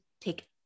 take